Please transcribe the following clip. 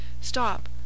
Stop